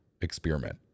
experiment